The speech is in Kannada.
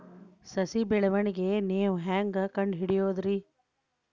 ಸಸಿ ಬೆಳವಣಿಗೆ ನೇವು ಹ್ಯಾಂಗ ಕಂಡುಹಿಡಿಯೋದರಿ?